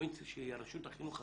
המקומית שהיא רשות החינוך המקומית,